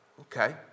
okay